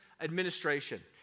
administration